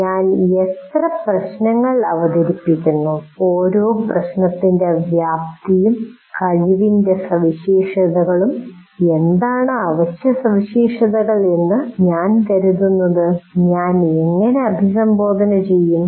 ഞാൻ എത്ര പ്രശ്നങ്ങൾ അവതരിപ്പിക്കുന്നു ഓരോ പ്രശ്നത്തിന്റെ വ്യാപ്തിയും കഴിവിന്റെ എല്ലാ സവിശേഷതകളും എന്താണ് അവശ്യ സവിശേഷതകൾ എന്ന് ഞാൻ കരുതുന്നത് ഞാൻ എങ്ങനെ അഭിസംബോധന ചെയ്യും